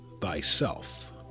Thyself